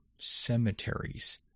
cemeteries